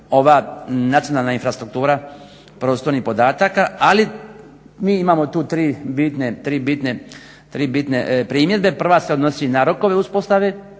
ova nacionalna infrastruktura prostornih podataka, ali mi imamo tu tri bitne primjedbe. Prva se odnosi na rokove uspostave